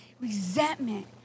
resentment